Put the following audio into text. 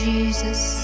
Jesus